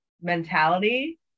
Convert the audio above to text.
mentality